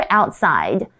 outside